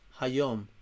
Hayom